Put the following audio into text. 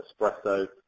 espresso